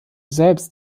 selbst